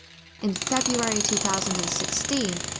in february two thousand and sixteen,